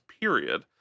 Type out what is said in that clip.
period